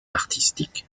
artistique